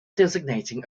designating